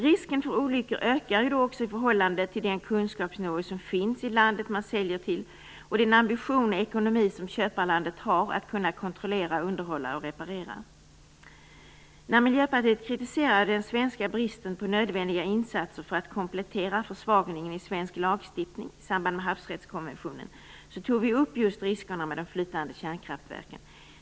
Risken för olyckor ökar ju i förhållande till den kunskapsnivå som finns i landet man säljer till och den ambition och ekonomi som köparlandet har att kunna kontrollera, underhålla och reparera. När Miljöpartiet kritiserade den svenska bristen på nödvändiga insatser för att komplettera efter försvagningen i svensk lagstiftning i samband med havsrättskonventionen, tog vi just upp riskerna med de flytande kärnkraftverken.